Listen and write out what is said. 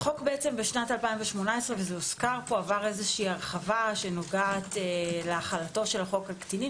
החוק בשנת 2018 עבר הרחבה שנוגעת להחלת החוק על קטינים